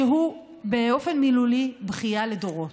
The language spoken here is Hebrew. שהוא באופן מילולי בכייה לדורות.